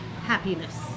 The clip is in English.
happiness